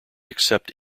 accepted